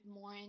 more